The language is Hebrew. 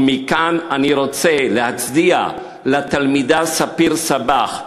ומכאן אני רוצה להצדיע לתלמידה ספיר סבח,